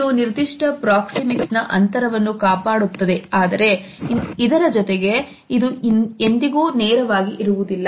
ಇದು ನಿರ್ದಿಷ್ಟ ಪ್ರಾಕ್ಸಿಮಿಕ್ಸ್ ನ ಅಂತರವನ್ನು ಕಾಪಾಡುತ್ತದೆ ಆದರೆ ಇದರ ಜೊತೆಗೆ ಇದು ಎಂದಿಗೂ ನೇರವಾಗಿ ಇರುವುದಿಲ್ಲ